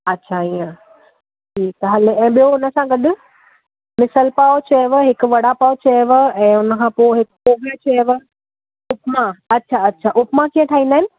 अछा ईअं ठीकु आहे हले ऐं ॿियो हुन सां गॾु मिसल पाव चयव हिकु वड़ा पाव चयव ऐं हुन खां पोइ हिकु ऑमलेट चयव आहे उपमा अछा अछा उपमा कीअं ठाईंदा आहिनि